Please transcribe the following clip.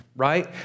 right